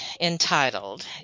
entitled